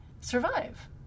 survive